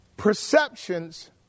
Perceptions